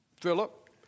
Philip